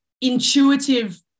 intuitive